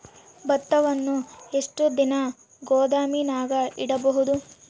ಭತ್ತವನ್ನು ಎಷ್ಟು ದಿನ ಗೋದಾಮಿನಾಗ ಇಡಬಹುದು?